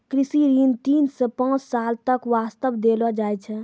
कृषि ऋण तीन सॅ पांच साल तक वास्तॅ देलो जाय छै